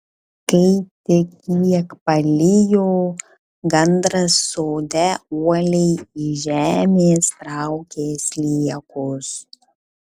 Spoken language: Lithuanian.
kai tik kiek palijo gandras sode uoliai iš žemės traukė sliekus